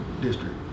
District